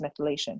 methylation